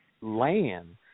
land